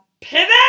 Pivot